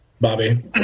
Bobby